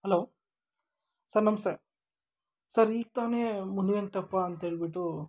hello sir ನಮಸ್ತೆ sir ಈಗ ತಾನೆ ಮುನಿವೆಂಕ್ಟಪ್ಪ ಅಂಥೇಳ್ಬಿಟ್ಟು